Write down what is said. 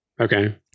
Okay